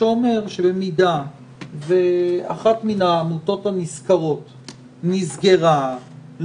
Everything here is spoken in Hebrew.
שאומר שבמידה ואחת מהעמותות הנזכרות נסגרה,